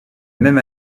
même